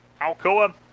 Alcoa